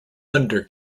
thunder